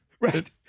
Right